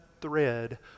thread